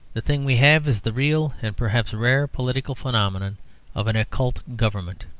the thing we have is the real and perhaps rare political phenomenon of an occult government.